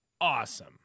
awesome